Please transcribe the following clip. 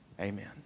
Amen